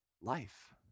life